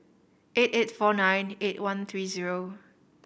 eight eight four nine eight one three zero